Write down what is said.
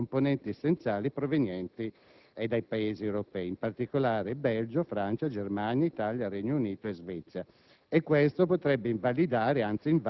atti e costruzioni di sei Paesi europei, tra cui anche l'Italia da parte dell'azienda elettronica Aster.